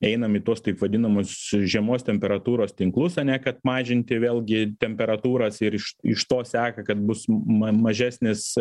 einam į tuos taip vadinamus žemos temperatūros tinklus ane kad mažinti vėlgi temperatūras ir iš iš to seka kad bus ma mažesnis